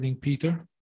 Peter